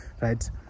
right